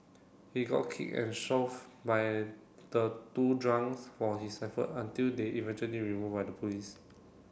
he got kicked and shoved by the two drunks for his effort until they eventually removed by the police